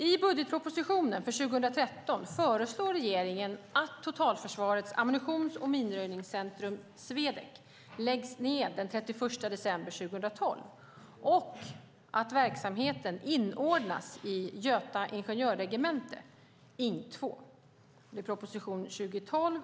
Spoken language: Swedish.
I budgetpropositionen för 2013 föreslår regeringen att Totalförsvarets ammunitions och minröjningscentrum, Swedec, läggs ned den 31 december 2012 och att verksamheten inordnas i Göta ingenjörregemente, Ing 2 (prop. 2012/13:1, utg.omr.